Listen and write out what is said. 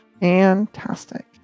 Fantastic